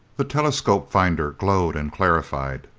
the telescope finder glowed and clarified.